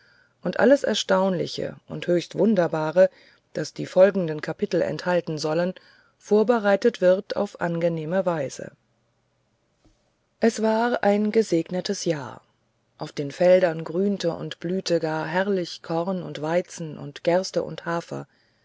und alles erstaunliche und höchst wunderbare das die folgenden kapitel enthalten sollen vorbereitet wird auf angenehme weise es war ein gesegnetes jahr auf den feldern grünte und blühte gar herrlich korn und weizen und gerste und hafer